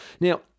Now